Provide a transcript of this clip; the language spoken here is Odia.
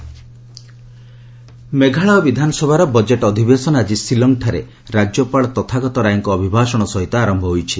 ମେଘାଳୟ ବଜେଟ ସେସନ ମେଘାଳୟ ବିଧାନସଭାର ବଜେଟ ଅଧିବେଶନ ଆଜି ସିଲଂ ଠାରେ ରାଜ୍ୟପାଳ ତଥାଗତ ରାଏଙ୍କ ଅଭିଭାଷଣ ସହିତ ଆରମ୍ଭ ହୋଇଛି